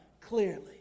clearly